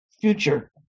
future